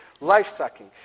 Life-sucking